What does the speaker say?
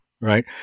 right